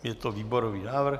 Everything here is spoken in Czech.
Je to výborový návrh.